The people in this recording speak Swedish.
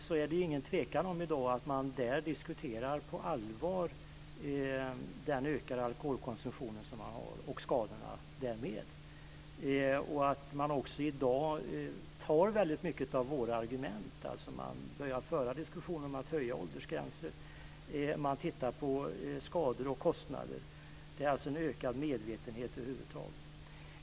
Det råder ingen tvekan om att man i EU-länderna i dag på allvar diskuterar den ökade alkoholkonsumtionen och skadorna därav. I dag tar man också upp väldigt många av våra argument. Man börjar föra diskussioner om att höja åldersgränser och man tittar på skador och kostnader. Det finns alltså en ökad medvetenhet över huvud taget.